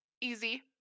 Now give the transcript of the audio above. Easy